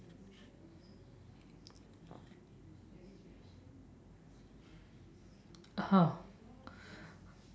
(uh huh)